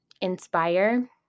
inspire